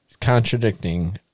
contradicting